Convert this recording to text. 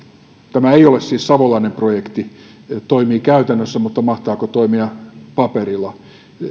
tämä ei siis ole savolainen projekti toimii käytännössä mutta mahtaako toimia paperilla